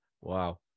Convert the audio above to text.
Wow